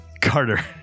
Carter